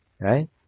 right